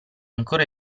ancora